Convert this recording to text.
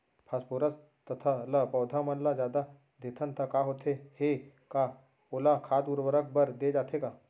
Phosphorus तथा ल पौधा मन ल जादा देथन त का होथे हे, का ओला खाद उर्वरक बर दे जाथे का?